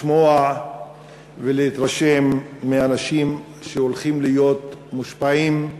לשמוע ולהתרשם מהאנשים שהולכים להיות מושפעים.